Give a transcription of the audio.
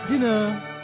Dinner